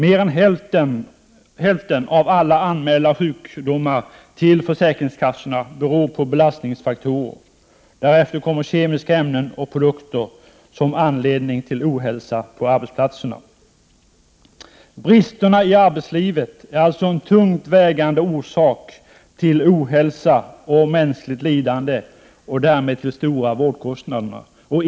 Hälften av alla anmälda sjukdomar till försäkringskassorna beror på belastningsfaktorer. Därefter kommer kemiska ämnen och produkter som anledning till ohälsa på arbetsplatserna. Bristerna i arbetslivet är alltså en tungt vägande orsak till ohälsa och mänskligt lidande och därmed till stora vårdkostnader.